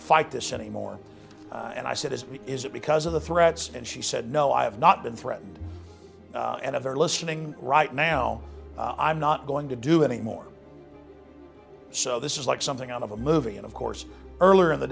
fight this anymore and i said is is it because of the threats and she said no i have not been threatened and other listening right now i'm not going to do any more so this is like something out of a movie and of course earlier in the